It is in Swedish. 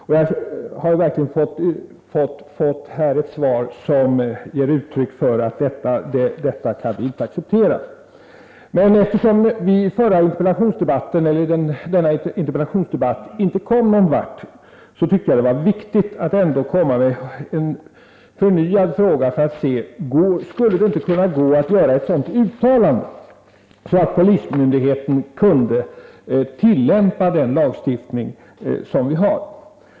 Jag har verkligen fått ett svar som ger uttryck för att detta inte kan accepteras, men eftersom vi vid interpellationsdebatten i december inte kom någon vart tyckte jag att det var viktigt att ställa en förnyad fråga för att höra om det inte skulle gå att göra ett sådant uttalande att polismyndigheten kunde tillämpa den lagstiftning som vi har.